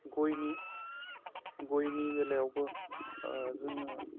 गयनि बेलायावबो जोङो